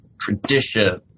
tradition